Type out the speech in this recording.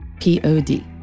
P-O-D